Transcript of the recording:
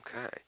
Okay